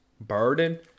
Burden